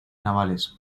navales